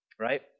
right